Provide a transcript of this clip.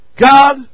God